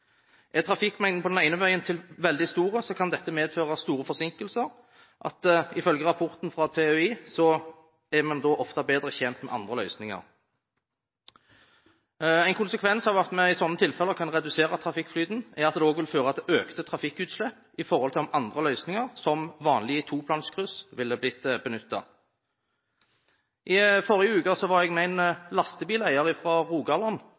Er trafikkmengden på den ene veien veldig stor, kan dette medføre så store forsinkelser, ifølge rapporten fra TØI, at man da ofte vil være bedre tjent med andre løsninger. En konsekvens av at man i slike tilfeller kan redusere trafikkflyten, er at det også vil føre til økte trafikkutslipp i forhold til om andre løsninger, som vanlige toplanskryss, ville blitt benyttet. I forrige uke var jeg med en lastebileier fra Rogaland